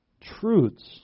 truths